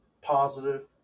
positive